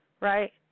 right